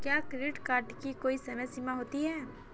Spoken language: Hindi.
क्या क्रेडिट कार्ड की कोई समय सीमा होती है?